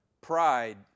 pride